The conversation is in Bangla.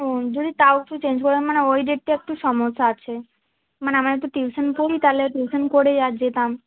হুম যদি তাও একটু চেঞ্জ করা মানে ওই ডেটটা একটু সমস্যা আছে মানে আমার একটু টিউশান পড়ি তাহলে টিউশান করেই আর যেতাম